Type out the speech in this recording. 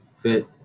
fit